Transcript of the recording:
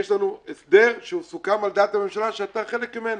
יש לנו הסדר שסוכם על דעת הממשלה שאתה חלק ממנה.